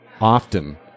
often